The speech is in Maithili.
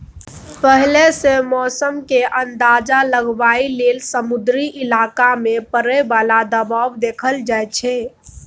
पहिले सँ मौसम केर अंदाज लगाबइ लेल समुद्री इलाका मे परय बला दबाव देखल जाइ छै